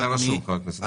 עופר כסיף, בבקשה.